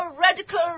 Radical